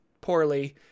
poorly